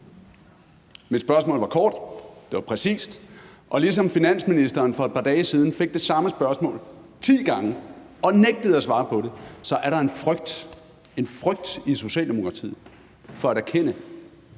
Mit spørgsmål var kort, det var præcist. Og ligesom da finansministeren for et par dage siden fik det samme spørgsmål ti gange og nægtede at svare på det, er der en frygt i Socialdemokratiet for at erkende,